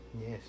Yes